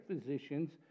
physician's